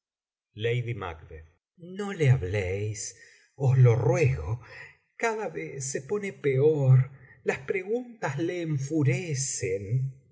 qué fantasmas no le habléis os lo ruego cada vez se pone peor las preguntas le enfurecen